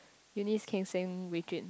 Eunice came saying Wei-Jun